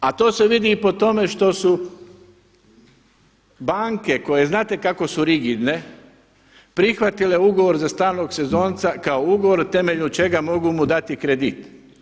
A to se vidi i po tome što su banke koje znate kako su rigidne prihvatile ugovore za stalnog sezonca kao ugovor na temelju čega mogu mu dati kredit.